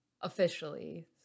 officially